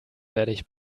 fertig